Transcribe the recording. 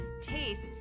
tastes